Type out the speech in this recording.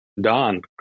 Don